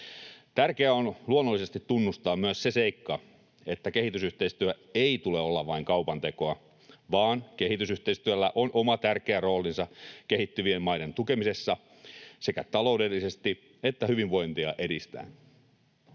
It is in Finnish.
Tärkeää on luonnollisesti tunnustaa myös se seikka, että kehitysyhteistyön ei tule olla vain kaupantekoa, vaan kehitysyhteistyöllä on oma tärkeä roolinsa kehittyvien maiden tukemisessa sekä taloudellisesti että hyvinvointia edistäen.